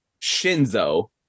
Shinzo